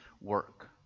work